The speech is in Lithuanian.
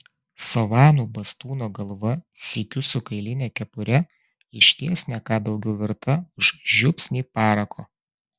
savanų bastūno galva sykiu su kailine kepure išties ne ką daugiau verta už žiupsnį parako